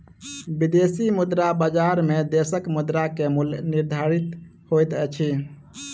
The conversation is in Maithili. विदेशी मुद्रा बजार में देशक मुद्रा के मूल्य निर्धारित होइत अछि